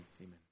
amen